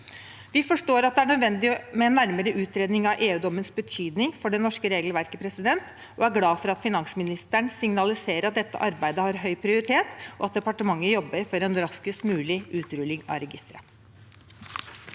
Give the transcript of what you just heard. Vi forstår at det er nødvendig med en nærmere utredning av EU-dommens betydning for det norske regelverket, og er glad for at finansministeren signaliserer at dette arbeidet har høy prioritet, og at departementet jobber for en raskest mulig utrulling av registeret.